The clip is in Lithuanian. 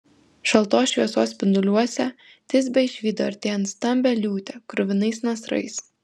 šaltos šviesos spinduliuose tisbė išvydo artėjant stambią liūtę kruvinais nasrais